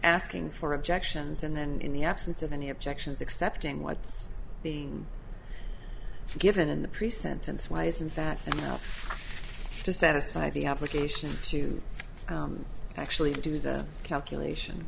asking for objections and then in the absence of any objections accepting what's being given in the pre sentence why isn't that enough to satisfy the application to actually do the calculation